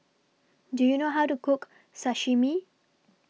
Do YOU know How to Cook Sashimi